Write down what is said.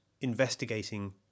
investigating